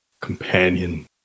companion